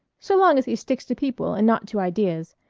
so long as he sticks to people and not to ideas,